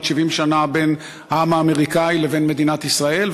70 שנה בין העם האמריקני לבין מדינת ישראל,